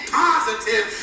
positive